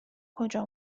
کجا